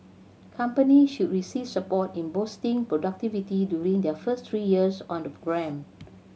company should receive support in boosting productivity during their first three years on the programme